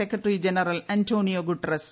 secretary general Antonio Guterres